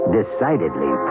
decidedly